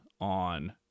on